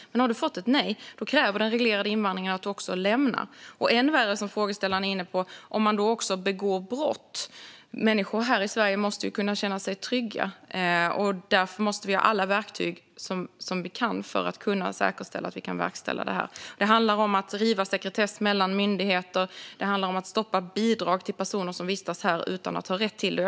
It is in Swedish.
Men om man har fått ett nej kräver den reglerade invandringen att man lämnar landet. Än värre är det, vilket frågeställaren är inne på, om man också begår brott. Människor här i Sverige måste kunna känna sig trygga. Därför måste vi ha alla verktyg för att säkerställa att vi kan verkställa detta. Det handlar om att riva sekretess mellan myndigheter och att stoppa bidrag till personer som vistas här utan att ha rätt till det.